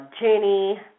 Jenny